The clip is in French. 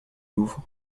louvre